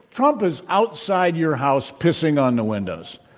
trump is outside your house pissing on the windows.